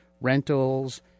rentals